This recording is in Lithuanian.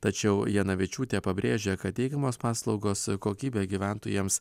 tačiau janavičiūtė pabrėžia kad teikiamos paslaugos kokybė gyventojams